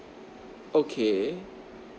okay